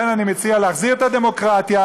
לכן אני מציע להחזיר את הדמוקרטיה,